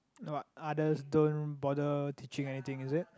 what others don't bother teaching anything is it